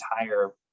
entire